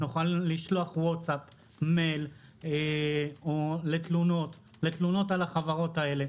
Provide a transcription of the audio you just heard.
לשלוח אליו וואטסאפ או מייל לתלונות על החברות הללו.